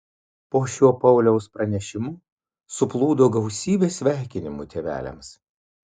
po šiuo pauliaus pranešimu suplūdo gausybė sveikinimų tėveliams